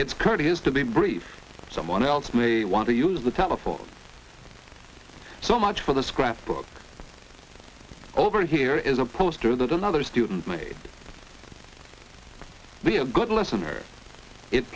it's courteous to be brief someone else may want to use the telephone so much for the scrapbook over here is a poster that another student may be a good listener it